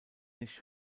nicht